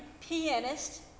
pianist